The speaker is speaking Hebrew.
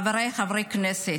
חבריי חברי הכנסת,